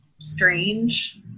strange